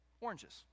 oranges